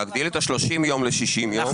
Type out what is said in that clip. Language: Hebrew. להגדיל את ה-30 יום ל-60 יום.